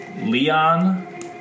Leon